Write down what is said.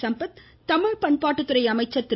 சம்பத் தமிழ் பண்பாட்டுத்துறை அமைச்சர் திரு